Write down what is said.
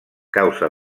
causa